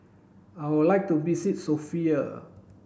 I would like to visit Sofia